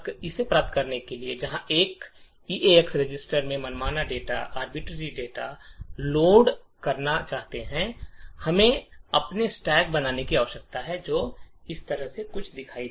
इसे प्राप्त करने के लिए जहां हम ईरेक्स रजिस्टर में मनमाना डेटा लोड करना चाहते हैं हमें अपने स्टैक बनाने की आवश्यकता है जो इस तरह से कुछ दिखाई देगा